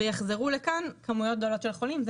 ויחזרו לכאן כמויות גדולות של חולים.